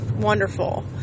wonderful